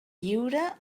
lliure